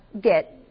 get